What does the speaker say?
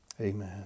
Amen